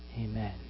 Amen